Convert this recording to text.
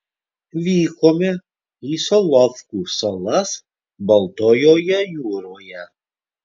vykome į solovkų salas baltojoje jūroje